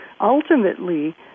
ultimately